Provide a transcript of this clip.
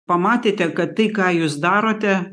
pamatėte kad tai ką jūs darote